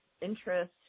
interest